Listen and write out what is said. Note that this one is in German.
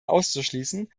auszuschließen